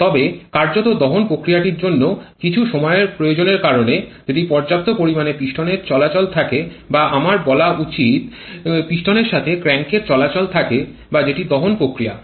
তবে কার্যতঃ পিস্টনের পর্যাপ্ত পরিমাণে চলাচলের জন্য বা আমার বলা উচিত পিস্টনের সাথে ক্র্যাঙ্কের চলাচলের জন্য বা দহন প্রক্রিয়া টির জন্য কিছু পরিমাণ সময়ের প্রয়োজন হয়